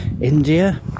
India